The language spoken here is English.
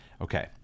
Okay